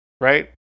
right